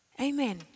Amen